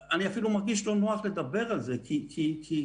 אני אפילו מרגיש לא נוח לדבר על זה כי הדיון